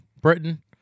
Britain